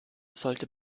sollte